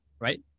right